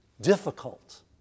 difficult